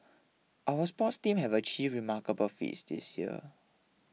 our sports teams have achieved remarkable feats this year